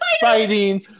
fighting